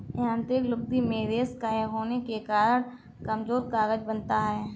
यांत्रिक लुगदी में रेशें कम होने के कारण कमजोर कागज बनता है